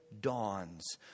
dawns